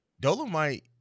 Dolomite